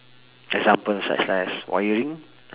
example such li~ as wiring